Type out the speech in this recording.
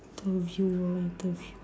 interviewer ah interviewee